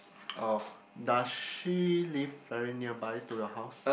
oh does she live very nearby to your house